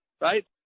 right